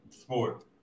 sport